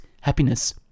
happiness